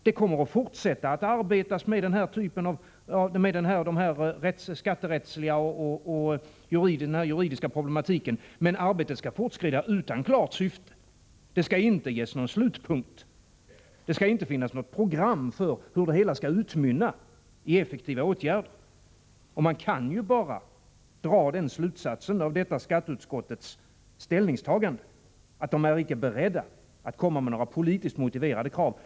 Det kommer att fortsätta att arbetas med den här skatterättsliga och juridiska problematiken, men arbetet skall fortskrida utan klart syfte. Det skall inte ges någon slutpunkt. Det skall inte finnas något program för hur det hela skall utmynna i effektiva åtgärder. Man kan bara dra den slutsatsen av detta skatteutskottets ställningstagande att utskottet icke är berett att komma med några politiskt motiverade krav.